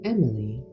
Emily